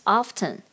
often